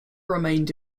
remained